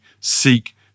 seek